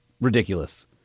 ridiculous